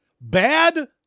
bad